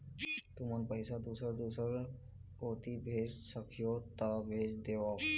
तुमन पैसा दूसर दूसर कोती भेज सखीहो ता भेज देवव?